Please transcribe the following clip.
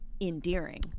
endearing